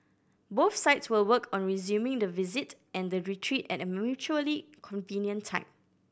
both sides will work on resuming the visit and the retreat at a mutually convenient time